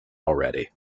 already